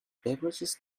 beverages